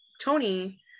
Tony